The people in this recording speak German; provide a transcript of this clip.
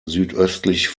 südöstlich